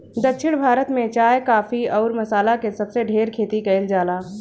दक्षिण भारत में चाय, काफी अउरी मसाला के सबसे ढेर खेती कईल जाला